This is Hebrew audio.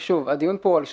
שוב, הדיון פה הוא על שקיפות.